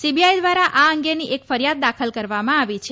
CBI દ્વારા આ અંગેની એક ફરિયાદ દાખલ કરવામાં આવી છે